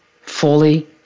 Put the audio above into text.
fully